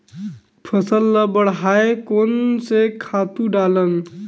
फसल ल बढ़ाय कोन से खातु डालन?